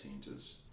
centres